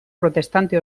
protestante